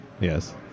Yes